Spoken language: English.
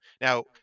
now